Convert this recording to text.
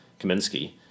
Kaminsky